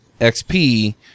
XP